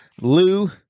Lou